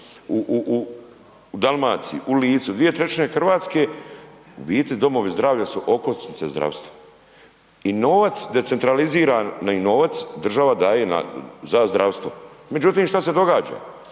u Dalmaciji, u Lici, dvije trećine Hrvatske, u biti, domovi zdravlja su okosnica zdravstva. I novac decentralizirani novac, država daje za zdravstvo. Međutim, što se događa?